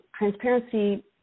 Transparency